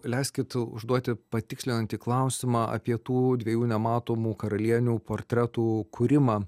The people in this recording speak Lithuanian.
leiskit užduoti patikslinantį klausimą apie tų dviejų nematomų karalienių portretų kūrimą